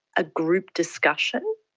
a group discussion